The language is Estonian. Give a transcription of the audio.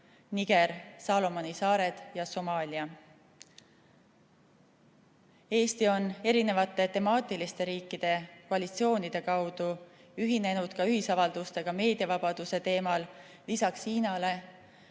Niger, Saalomoni saared ja Somaalia. Eesti on temaatiliste riikide koalitsioonide kaudu ühinenud ühisavaldustega meediavabaduse teemal lisaks Hiinale